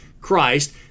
Christ